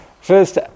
first